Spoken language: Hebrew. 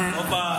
הופה.